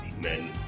men